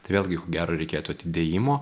tai vėlgi ko gero reikėtų atidėjimo